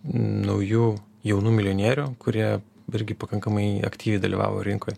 naujų jaunų milijonierių kurie irgi pakankamai aktyviai dalyvavo rinkoj